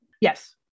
Yes